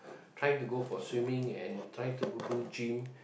trying to go for swimming and trying to do gym